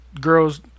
girls